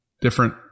Different